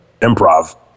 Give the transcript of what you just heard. improv